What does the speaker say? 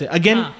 again